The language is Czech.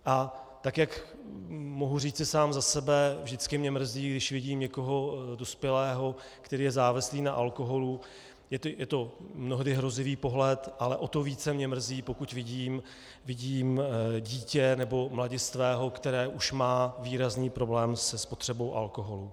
A tak jak mohu říci sám za sebe, vždycky mě mrzí, když vidím někoho dospělého, který je závislý na alkoholu, je to mnohdy hrozivý pohled, ale o to více mě mrzí, pokud vidím dítě nebo mladistvého, kteří už mají výrazný problém se spotřebou alkoholu.